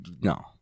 no